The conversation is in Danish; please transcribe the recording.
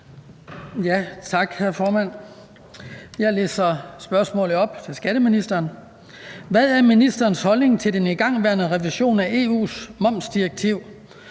Jeg læser spørgsmålet til skatteministeren op: Hvad er ministerens holdning til den igangværende revision af EU’s momsdirektiv